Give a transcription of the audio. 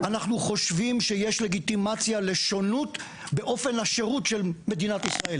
אנחנו חשובים שיש לגיטימציה לשונות באופן השירות של מדינת ישראל.